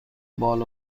بال